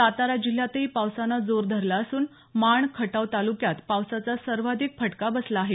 सातारा जिल्ह्यातही पावसानं जोर धरला असून माण खटाव तालुक्यात पावसाचा सर्वाधिक फटका बसला आहे